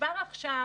כבר עכשיו,